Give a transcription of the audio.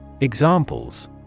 Examples